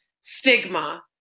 stigma